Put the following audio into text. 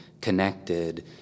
connected